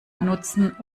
nutzen